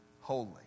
holy